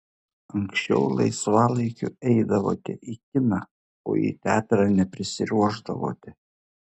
anksčiau laisvalaikiu eidavote į kiną o į teatrą neprisiruošdavote